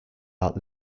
out